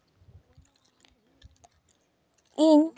ᱤᱧ